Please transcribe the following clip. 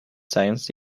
science